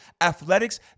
athletics